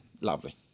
Lovely